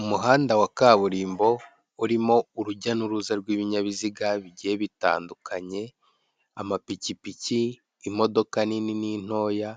Umuhanda wa kaburimbo urimo urujya n'uruza rw'ibinyabiziga bigiye bitandukanyekanye: amapikipiki, imodoka nini n'intoya